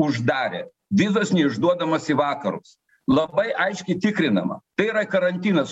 uždarė vizos neišduodamos į vakarus labai aiškiai tikrinama tai yra karantinas